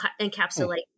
encapsulate